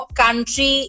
country